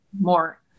more